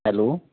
hello